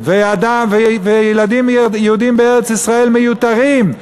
וילדים יהודים בארץ-ישראל מיותרים,